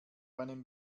einem